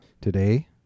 Today